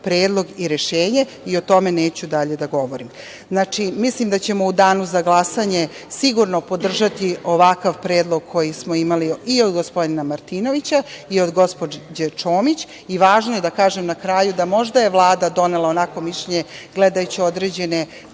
predlog i rešenje. O tome neću dalje da govorim. Mislim da ćemo u danu za glasanje sigurno podržati ovakav predlog koji smo imali i od gospodina Martinovića i od gospođe Čomić. Važno je da kažem na kraju da je možda Vlada donela onakvo mišljenje gledajući određene